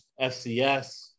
FCS